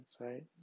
right